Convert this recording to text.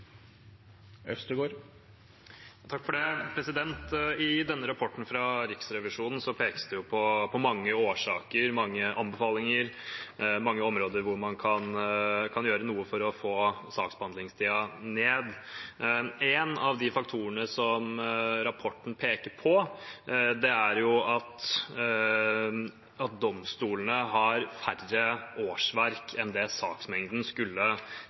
I denne rapporten fra Riksrevisjonen pekes det på mange årsaker, mange anbefalinger og mange områder hvor man kan gjøre noe for å få saksbehandlingstiden ned. En av de faktorene som rapporten peker på, er at domstolene har færre årsverk enn det saksmengden skulle